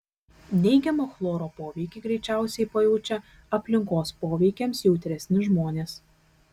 neigiamą chloro poveikį greičiausiai pajaučia aplinkos poveikiams jautresni žmonės